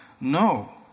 No